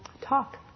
talk